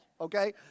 okay